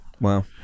Wow